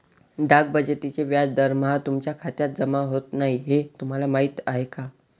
डाक बचतीचे व्याज दरमहा तुमच्या खात्यात जमा होत नाही हे तुम्हाला माहीत आहे का?